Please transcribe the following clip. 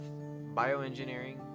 bioengineering